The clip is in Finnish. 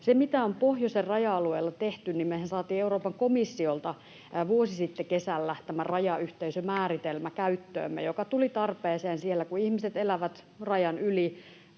Mitä on pohjoisen raja-alueella tehty: mehän saatiin Euroopan komissiolta vuosi sitten kesällä käyttöömme tämä rajayhteisömääritelmä, joka tuli tarpeeseen siellä, kun ihmiset elävät rajan yli